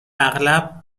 اغلب